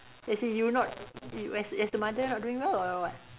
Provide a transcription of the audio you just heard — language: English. as in you not as as a mother not doing well or what